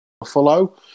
Buffalo